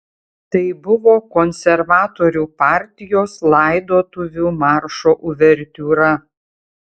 tai buvo konservatorių partijos laidotuvių maršo uvertiūra